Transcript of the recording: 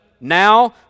Now